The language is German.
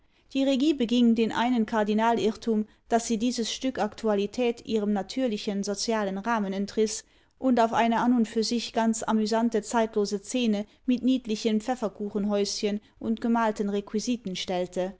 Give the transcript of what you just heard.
die regie beging den einen kardinalirrtum daß sie dieses stück aktualität ihrem natürlichen sozialen rahmen entriß und auf eine an und für sich ganz amüsante zeitlose szene mit niedlichen pfefferkuchenhäuschen und gemalten requisiten stellte